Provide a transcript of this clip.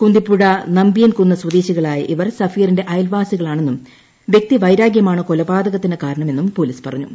കുന്തിപ്പുഴ നമ്പിയൻകുന്ന് സ്വദേശികളായ ഇവർ സഫീറിന്റെ അയൽവാസികളാണെന്നും വ്യക്തിവൈരാഗ്യമാണ് കൊലപാതകത്തിന് ക്യാര്ണ്മെന്നു പോലീസ് പറഞ്ഞു